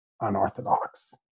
Unorthodox